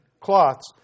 cloths